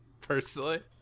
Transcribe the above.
personally